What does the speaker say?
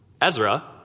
Ezra